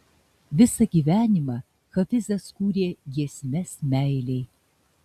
visą gyvenimą hafizas kūrė giesmes meilei